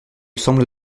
semble